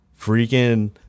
freaking